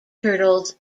turtles